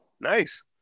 Nice